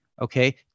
Okay